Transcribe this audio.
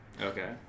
okay